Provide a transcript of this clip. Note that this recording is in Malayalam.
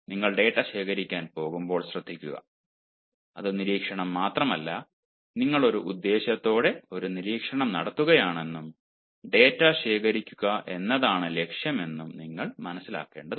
നിങ്ങൾ ഡാറ്റ ശേഖരിക്കാൻ പോകുമ്പോൾ ശ്രദ്ധിക്കുക അത് നിരീക്ഷണം മാത്രമല്ല നിങ്ങൾ ഒരു ഉദ്ദേശ്യത്തോടെ ഒരു നിരീക്ഷണം നടത്തുകയാണെന്നും ഡാറ്റ ശേഖരിക്കുക എന്നതാണ് ലക്ഷ്യമെന്നും നിങ്ങൾ മനസ്സിലാക്കേണ്ടതുണ്ട്